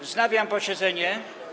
Wznawiam posiedzenie.